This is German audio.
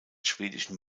schwedischen